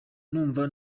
numva